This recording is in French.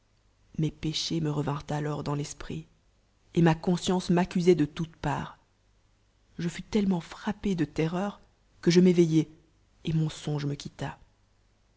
mee péchéa me revin rent alors dans l'esprit et ma conscience wpoemoit de toutes parts je fus tellement frappé de terreur j que je m'éveillai et molt songe me quitta